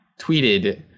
tweeted